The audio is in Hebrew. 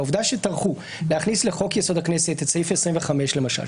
העובדה שטרחו להכניס לחוק-יסוד: הכנסת את סעיף 25 למשל,